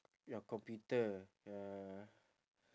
your computer ya ah